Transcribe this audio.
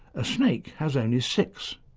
a snake has only six.